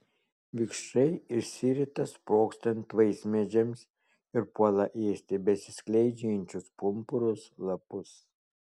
vikšrai išsirita sprogstant vaismedžiams ir puola ėsti besiskleidžiančius pumpurus lapus